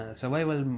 survival